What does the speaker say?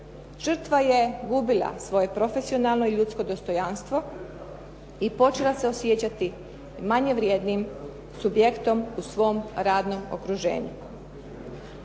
žrtva je gubila svoje profesionalno i ljudsko dostojanstvo i počela se osjećati manje vrijednim subjektom u svom radnom okruženju.